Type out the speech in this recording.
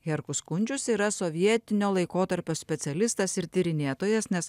herkus kunčius yra sovietinio laikotarpio specialistas ir tyrinėtojas nes